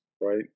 Right